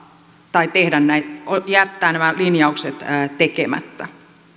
tai jättää nämä linjaukset tekemättä